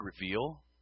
reveal